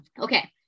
Okay